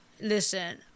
listen